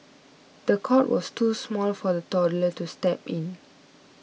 the cot was too small for the toddler to sleep in